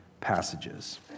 passages